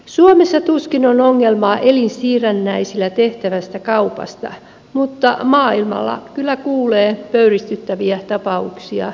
suomessa tuskin on ongelmaa elinsiirrännäisillä tehtävästä kaupasta mutta maailmalla kyl lä kuulee pöyristyttävistä elinsiirtotapauksista